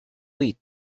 fleet